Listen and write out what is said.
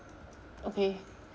okay